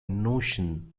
notion